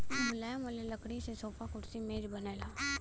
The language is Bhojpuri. मुलायम वाला लकड़ी से सोफा, कुर्सी, मेज बनला